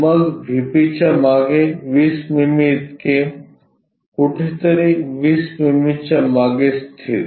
मग व्हीपीच्या मागे 20 मिमी इतके कुठेतरी 20 मिमी च्या मागे स्थित